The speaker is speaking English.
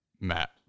Matt